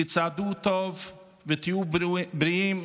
תצעדו טוב ותהיו בריאים.